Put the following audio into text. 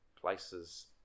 places